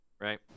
right